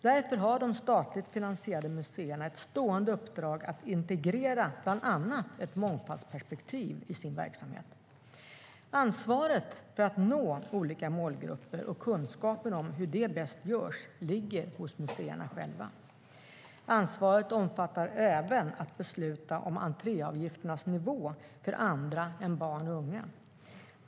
Därför har de statligt finansierade museerna ett stående uppdrag att integrera bland annat ett mångfaldsperspektiv i sin verksamhet. Ansvaret för att nå olika målgrupper och kunskapen om hur det bäst görs ligger hos museerna själva. Ansvaret omfattar även att besluta om entréavgifternas nivå för andra än barn och unga.